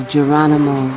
Geronimo